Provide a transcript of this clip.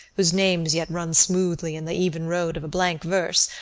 whose names yet run smoothly in the even road of a blank verse,